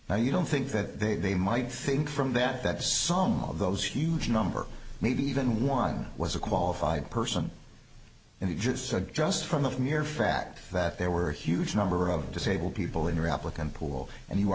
now you don't think that they they might think from that that some of those huge number maybe even one was a qualified person and he just said just from the from your frat that there were a huge number of disabled people in raploch and pool and you are